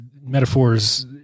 metaphors